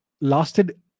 lasted